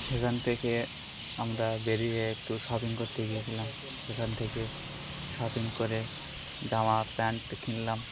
সেখান থেকে আমরা বেরিয়ে একটু শপিং করতে গিয়েছিলাম সেখান থেকে শপিং করে জামা প্যান্ট কিনলাম